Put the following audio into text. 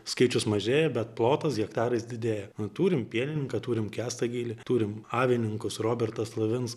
skaičius mažėja bet plotas hektarais didėja na turim pienininką turim kęstą gylį turim avininkus robertą slavins